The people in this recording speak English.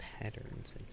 patterns